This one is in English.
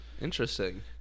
Interesting